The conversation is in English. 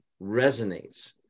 resonates